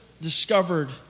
discovered